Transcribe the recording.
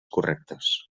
correctes